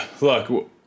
look